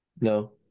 No